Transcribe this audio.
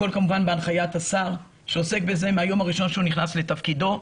הכול כמובן בהנחיית השר שעוסק בזה מן היום הראשון שהוא נכנס לתפקידו,